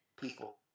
people